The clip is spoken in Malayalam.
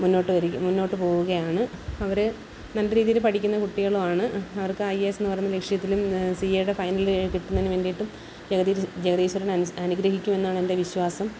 മുന്നോട്ട് മുന്നോട്ട് പോവുകയാണ് അവര് നല്ല രീതിയില് പഠിക്കുന്ന കുട്ടികളുമാണ് അവർക്ക് ഐ എ എസ് എന്നു പറയുന്ന ലക്ഷ്യത്തിലും സി എയുടെ ഫൈനലിനു കിട്ടുന്നതിനു വേണ്ടിയിട്ടും ജഗദീശ്വരന് അനുഗ്രഹിക്കുമെന്നാണെന്റെ വിശ്വാസം